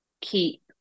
keep